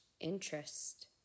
interest